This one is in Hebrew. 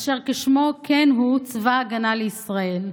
אשר כשמו כן הוא: צבא ההגנה לישראל,